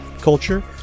culture